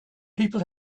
people